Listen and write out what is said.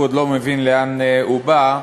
הוא עוד לא מבין לאן הוא בא,